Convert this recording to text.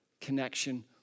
connection